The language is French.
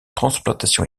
transplantation